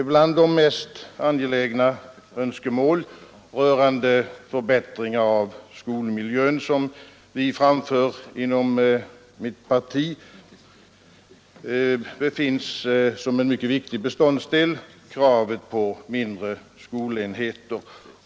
Till de mest angelägna önskemålen rörande förbättringar av skolmiljön som vi framför inom mitt parti hör som en mycket viktig beståndsdel kravet på mindre skolenheter.